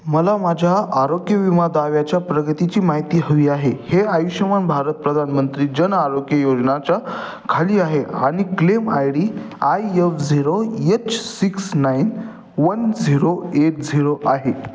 मला माझ्या आरोग्य विमा दाव्याच्या प्रगतीची माहिती हवी आहे हे आयुष्यमान भारत प्रधानमंत्री जन आरोग्य योजनेच्या खाली आहे आणि claim I D I F zero H six nine one zero eight zero आहे